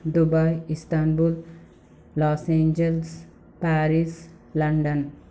Dubai Istanbul Los Angeles Paris London